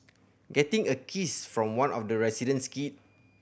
getting a kiss from one of the resident's kid